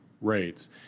rates